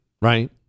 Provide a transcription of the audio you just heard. right